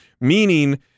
Meaning